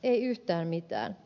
ei yhtään mitään